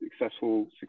successful